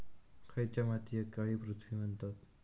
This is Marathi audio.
खयच्या मातीयेक काळी पृथ्वी म्हणतत?